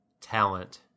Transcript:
talent